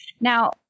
Now